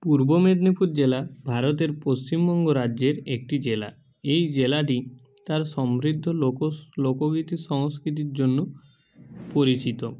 পূর্ব মেদনীপুর জেলা ভারতের পশ্চিমবঙ্গ রাজ্যের একটি জেলা এই জেলাটি তার সমৃদ্ধ লোকস লোকগীতি সংস্কৃতির জন্য পরিচিত